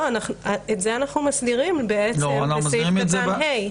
לא, את זה אנחנו מסדירים בסעיף קטן (ה).